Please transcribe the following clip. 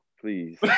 please